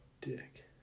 Dick